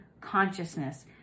consciousness